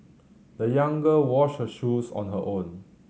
the young girl washed her shoes on her own